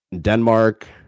Denmark